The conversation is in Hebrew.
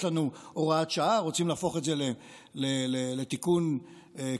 יש לנו הוראת שעה, רוצים להפוך את זה לתיקון קבוע,